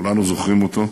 כולנו זוכרים אותו,